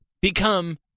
become